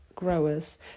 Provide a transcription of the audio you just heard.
Growers